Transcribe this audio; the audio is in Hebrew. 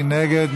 מי נגד?